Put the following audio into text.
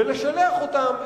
ולשלח אותם,